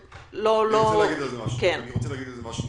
אני רוצה להגיד על זה משהו,